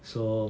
so